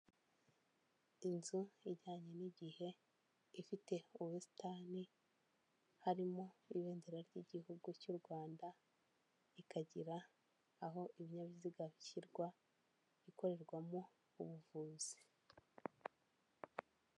Inzu ijyanye n'igihe ifite ubusitani, harimo ibendera ry'Igihugu cy'u Rwanda, ikagira aho ibinyabiziga bishyirwa, ikorerwamo ubuvuzi.